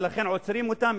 ולכן עוצרים אותם,